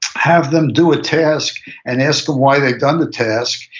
have them do a task and ask them why they've done the task,